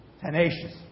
Tenacious